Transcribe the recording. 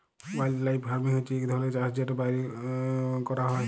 wildlife farming হছে ইক ধরলের চাষ যেট ব্যইলে ক্যরা হ্যয়